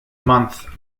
month